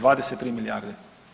23 milijarde.